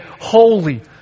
holy